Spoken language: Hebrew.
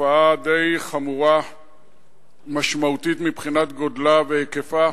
תופעה די חמורה ומשמעותית מבחינת גודלה והיקפה